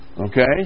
Okay